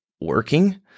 working